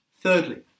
Thirdly